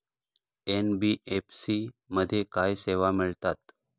NBFC मध्ये काय सेवा मिळतात?